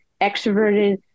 extroverted